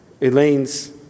Elaine's